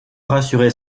rassurer